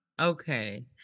okay